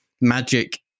magic